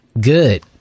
good